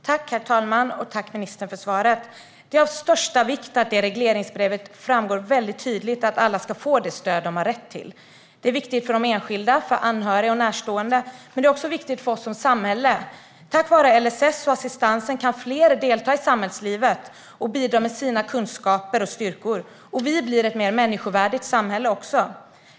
Herr talman! Tack, ministern, för svaret! Det är av största vikt att det i regleringsbrevet framgår tydligt att alla ska få det stöd de har rätt till. Det är viktigt för de enskilda, för anhöriga och för närstående. Men det är också viktigt för oss som samhälle. Tack vare LSS och assistansen kan fler delta i samhällslivet och bidra med sina kunskaper och styrkor. Vi blir då också ett mer människovärdigt samhälle.